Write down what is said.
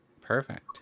perfect